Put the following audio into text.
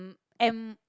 M